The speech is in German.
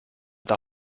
der